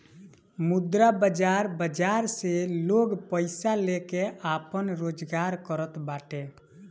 मुद्रा बाजार बाजार से लोग पईसा लेके आपन रोजगार करत बाटे